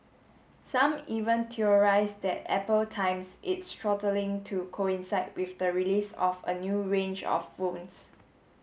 some even theorised that Apple times its throttling to coincide with the release of a new range of phones